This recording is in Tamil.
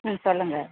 ம் சொல்லுங்க